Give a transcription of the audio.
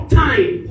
time